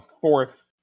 fourth